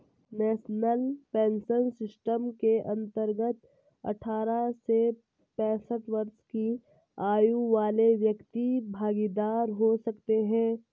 national pension system के अंतर्गत अठारह से पैंसठ वर्ष की आयु वाले व्यक्ति भागीदार हो सकते हैं